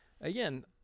Again